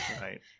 Right